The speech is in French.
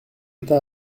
état